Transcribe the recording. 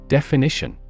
Definition